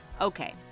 Okay